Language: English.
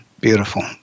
beautiful